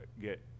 get